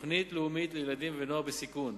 תוכנית לאומית לילדים ונוער בסיכון,